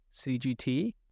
CGT